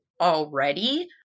already